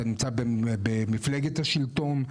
אתה נמצא במפלגת השלטון,